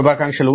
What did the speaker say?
శుభాకాంక్షలు